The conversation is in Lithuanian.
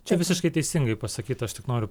čia visiškai teisingai pasakyta aš tik noriu